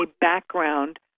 background